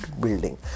building